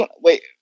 wait